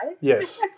Yes